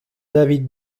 david